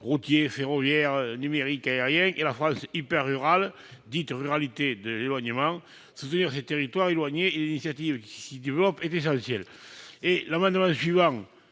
routier, ferroviaire, numérique et aérien et la France hyper rurale, dite « ruralité de l'éloignement », soutenir ces territoires éloignés et les initiatives qui s'y développent est essentiel. L'amendement n°